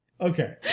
okay